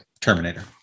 Terminator